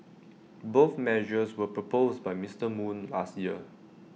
both measures were proposed by Mister moon last year